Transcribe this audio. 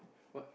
what